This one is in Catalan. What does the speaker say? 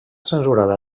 censurada